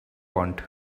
want